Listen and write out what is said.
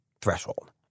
threshold